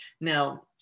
Now